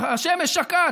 השמש שקעה,